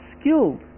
skilled